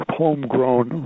homegrown